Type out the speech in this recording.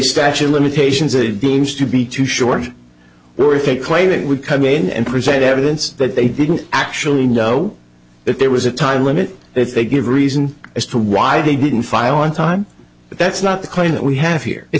statute of limitations it deems to be too short or if they claim it would come in and present evidence that they didn't actually know if there was a time limit if they give reasons as to why they didn't file on time but that's not the claim that we have here it